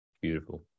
Beautiful